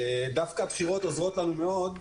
דווקא הבחירות עוזרות לנו מאוד,